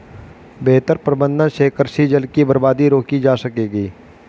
बेहतर प्रबंधन से कृषि जल की बर्बादी रोकी जा सकेगी